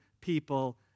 people